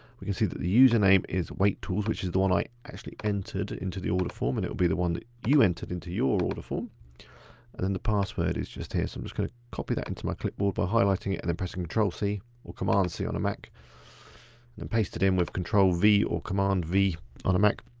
we can see that the username is weighttools which is the one i actually entered into the order form and it will be the one that you entered into your order form and then the password is just here. so i'm just gonna copy that into my clipboard by highlighting it and then pressing control c or command c on a mac and then paste it in with control v or command v on a mac